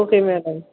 okay madam